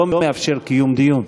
לא מאפשר קיום דיון.